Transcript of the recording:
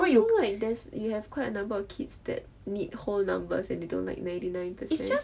so like there's you have quite a number of kids that need whole number and they don't like ninety nine percent